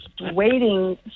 waiting